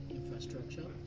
infrastructure